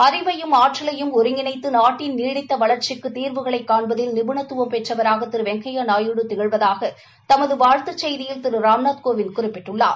அறிவையும் ஆற்றவையும் ஒருங்கிணைந்து நாட்டின் நீடித்த வளர்ச்சிக்கு தீர்வுகளைக் காண்பதில் நிபுணத்துவம் பெற்றவராக திரு வெங்கையா நாயுடு திகழ்வதகா தமது வாழ்த்துச் செய்தியில் திரு திரு ராம்நாத் கோவிந்த் குறிப்பிட்டுள்ளார்